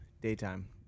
daytime